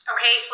Okay